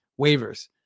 waivers